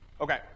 Okay